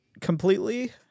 completely